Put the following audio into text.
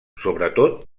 sobretot